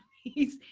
he's,